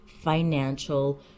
financial